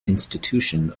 institution